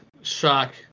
Shock